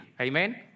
Amen